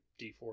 D4